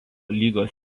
lygos